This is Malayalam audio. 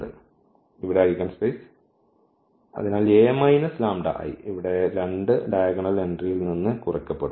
അതിനാൽ ഇവിടെ ഐഗൻസ്പേസ് അതിനാൽ ഇവിടെ 2 ഡയഗണൽ എൻട്രിയിൽ നിന്ന് കുറയ്ക്കപ്പെടും